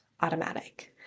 automatic